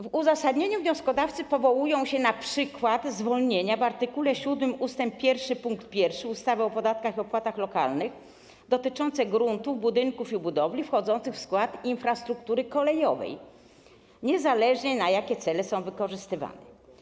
W uzasadnieniu wnioskodawcy powołują się na przykład zwolnienia w art. 7 ust. 1 pkt 1 ustawy o podatkach i opłatach lokalnych dotyczący gruntów, budynków i budowli wchodzących w skład infrastruktury kolejowej, niezależnie od tego, do jakich celów są wykorzystywane.